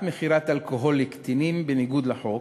מכירת אלכוהול לקטינים בניגוד לחוק,